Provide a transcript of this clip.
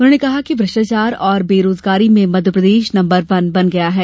उन्होंने कहा कि भ्रष्टाचार और बेरोजगारी में मध्यप्रदेश नंबर वन बन गया है